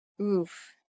oof